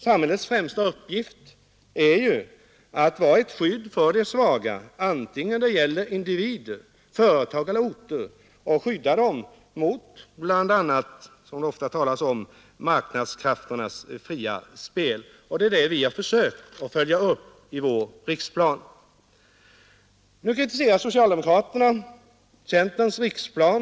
Samhällets främsta uppgift är ju att vara ett skydd för de svaga, antingen det gäller individer, företag eller orter, och skydda dem mot, som det ofta talas om, marknadskrafternas fria spel. Det har vi försökt att följa upp i vår riksplan. Nu kritiserar socialdemokraterna centerns riksplan.